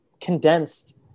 condensed